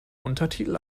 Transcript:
untertitel